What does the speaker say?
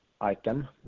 item